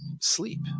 sleep